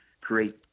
create